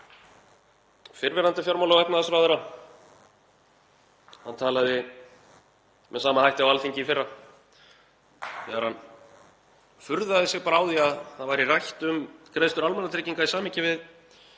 Fyrrverandi fjármála- og efnahagsráðherra talaði með sama hætti á Alþingi í fyrra þegar hann furðaði sig bara á því að það væri rætt um greiðslur almannatrygginga í samhengi við